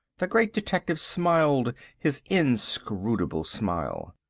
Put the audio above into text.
the great detective smiled his inscrutable smile.